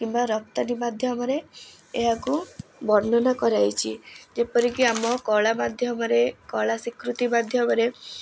କିମ୍ବା ରପ୍ତାନୀ ମାଧ୍ୟମରେ ଏହାକୁ ବର୍ଣ୍ଣନା କରାଯାଇଛି ଯେପରି ଆମ କଳା ମାଧ୍ୟମରେ କଳା ସ୍ୱୀକୃତି ମାଧ୍ୟମରେ